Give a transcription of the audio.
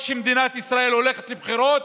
או שמדינת ישראל הולכת לבחירות,